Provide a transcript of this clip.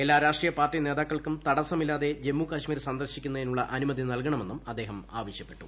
എല്ലാ രാഷ്ട്രീയ പാർട്ടി നേതാക്കൾക്കും തട്ടസ്സ്മില്ലാതെ ജമ്മു കാശ്മീർ സന്ദർശിക്കുന്നതിനുള്ള അനുമതി അദ്ദേഹം ആവശ്യപ്പെട്ടു